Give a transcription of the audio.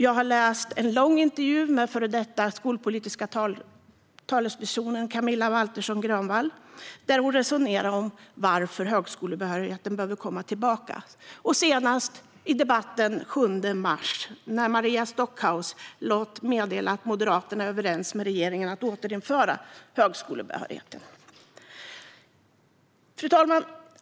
Jag har läst en lång intervju med Moderaternas tidigare skolpolitiska talesperson Camilla Waltersson Grönvall, där hon resonerade om varför högskolebehörigheten behöver komma tillbaka. Senast hörde jag i riksdagsdebatten den 7 mars att Maria Stockhaus lät meddela att Moderaterna var överens med regeringen om att återinföra högskolebehörigheten. Fru talman!